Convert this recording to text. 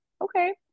okay